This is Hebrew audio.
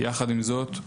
יחד עם זאת,